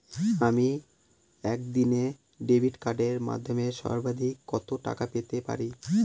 আমি একদিনে ডেবিট কার্ডের মাধ্যমে সর্বাধিক কত টাকা পেতে পারি?